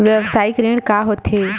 व्यवसायिक ऋण का होथे?